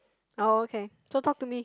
oh okay so talk to me